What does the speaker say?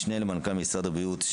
משנה למנכ"ל משרד הבריאות,